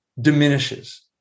diminishes